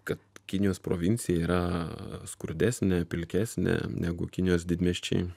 kad kinijos provincija yra skurdesnė pilkesnė negu kinijos didmiesčiai